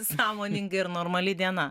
sąmoninga ir normali diena